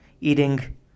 eating